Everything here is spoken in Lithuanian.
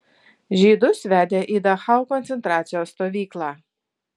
žydus vedė į dachau koncentracijos stovyklą